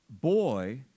boy